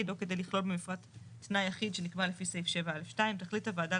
או כדי לכלול במפרט תנאי אחיד שנקבע לפי סעיף 7(א)(2) תחליט הוועדה